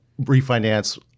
refinance